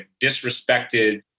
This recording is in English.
disrespected